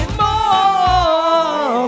more